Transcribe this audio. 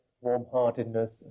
warm-heartedness